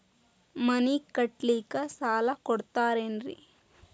ಮನಿ ಕಟ್ಲಿಕ್ಕ ಸಾಲ ಕೊಡ್ತಾರೇನ್ರಿ?